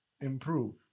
improve